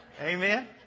Amen